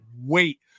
wait